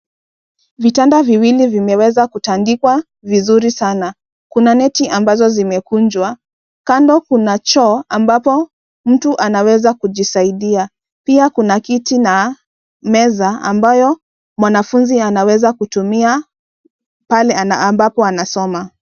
Vitanda viwili vimeweza kutandikwa vizuri sana, kuna neti ambazo zimekunjwa, kando kuna choo ambapo mtu anaweza kujisaidia, pia kuna kiti na meza ambayo mwanafunzi anaweza kutumia pale ambapo anasoma.